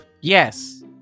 Yes